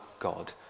God